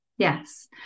Yes